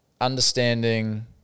understanding